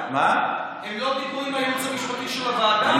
הם לא דיברו עם הייעוץ המשפטי של הוועדה?